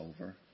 over